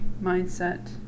mindset